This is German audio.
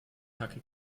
hacke